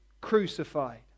crucified